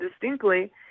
distinctly